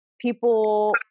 people